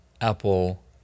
Apple